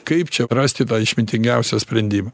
kaip čia rasti tą išmintingiausią sprendimą